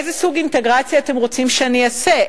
איזה סוג אינטגרציה אתם רוצים שאני אעשה?